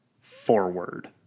forward